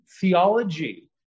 Theology